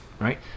Right